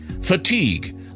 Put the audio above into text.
fatigue